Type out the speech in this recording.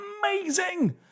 amazing